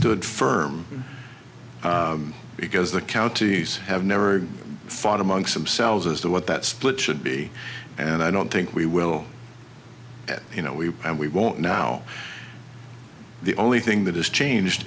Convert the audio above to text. firm because the counties have never fought amongst themselves as to what that split should be and i don't think we will you know we and we won't now the only thing that has changed